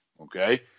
Okay